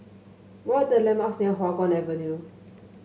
what are the landmarks near Hua Guan Avenue